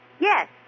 Yes